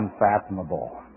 unfathomable